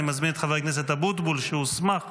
אני מזמין את חבר הכנסת אבוטבול, שהוסמך